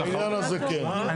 בעניין הזה כן.